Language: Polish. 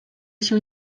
się